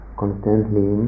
constantly